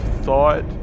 thought